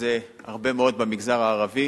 וזה הרבה מאוד במגזר הערבי,